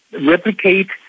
replicate